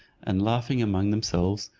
and laughing among themselves,